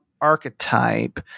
archetype